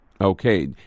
Okay